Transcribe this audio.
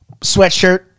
Sweatshirt